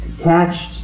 attached